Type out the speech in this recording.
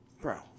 Bro